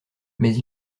mais